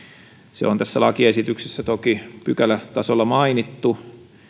se on tässä lakiesityksessä toki pykälätasolla mainittu